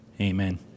amen